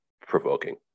provoking